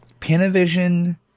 Panavision